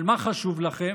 אבל מה חשוב לכם?